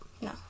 No